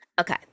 Okay